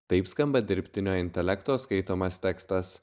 taip skamba dirbtinio intelekto skaitomas tekstas